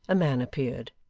a man appeared,